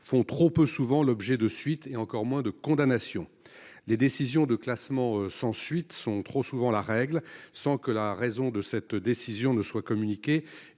font trop peu souvent l'objet de poursuites, encore moins de condamnations. Les décisions de classement sans suite sont trop souvent la règle sans que la raison en soit communiquée